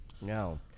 No